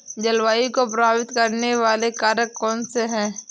जलवायु को प्रभावित करने वाले कारक कौनसे हैं?